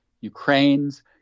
Ukraine's